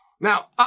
Now